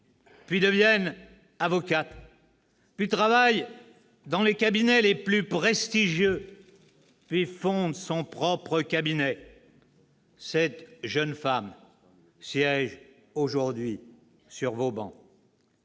puis devienne avocate, puis travaille dans les cabinets les plus prestigieux, puis fonde son propre cabinet. Cette jeune femme siège aujourd'hui sur vos bancs.